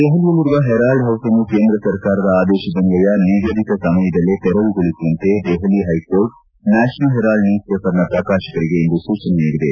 ದೆಹಲಿಯಲ್ಲಿರುವ ಹೆರಾಲ್ಡ್ ಹೌಸ್ನ್ನು ಕೇಂದ್ರ ಸರ್ಕಾರದ ಆದೇಶದನ್ವಯ ನಿಗದಿತ ಸಮಯದಲ್ಲೇ ತೆರವುಗೊಳಿಸುವಂತೆ Delhi high court National Herald news ಪೇಪರ್ನ ಪ್ರಕಾಶಕರಿಗೆ ಇಂದು ಸೂಚನೆ ನೀಡಿದೆ